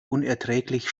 unerträglich